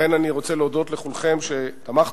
לכן אני רוצה להודות לכולכם שתמכתם.